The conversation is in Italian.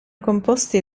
composti